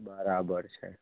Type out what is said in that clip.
બરાબર છે